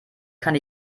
kann